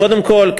קודם כול,